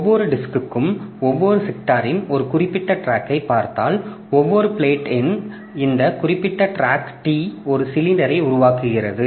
ஒவ்வொரு டிஸ்க்கும் ஒவ்வொரு செக்டாரின் ஒரு குறிப்பிட்ட டிராக்யை பார்த்தால் ஒவ்வொரு பிளேட் இன் இந்த குறிப்பிட்ட டிராக் T ஒரு சிலிண்டரை உருவாக்குகிறது